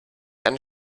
einen